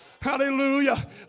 Hallelujah